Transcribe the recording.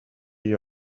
you